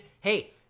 hey